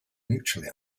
mutually